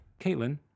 Caitlin